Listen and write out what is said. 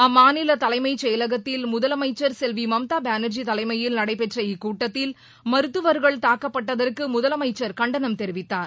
அம்மாநில தலைமைச் செயலகத்தில் முதலமைச்சர் செல்வி மம்தா பானர்ஜி தலைமையில் நடைபெற்ற இக்கூட்டத்தில் மருத்துவர்கள் தாக்கப்பட்டதற்கு முதலமைச்சர் கண்டனம் தெரிவித்தார்